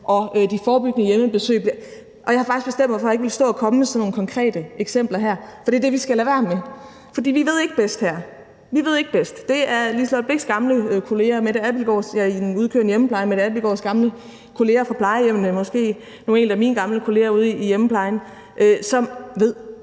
de forebyggende hjemmebesøg gennemføres. Jeg havde faktisk bestemt mig for ikke at ville stå og komme med sådan nogle konkrete eksempler her, for det er det, vi skal lade være med, for vi ved ikke bedst her – vi ved ikke bedst. Det er Liselott Blixts gamle kolleger i den udkørende hjemmepleje, det er Mette Abildgaards gamle kolleger fra plejehjemmene, og det er måske nogle af mine gamle kolleger ude i hjemmeplejen, som ved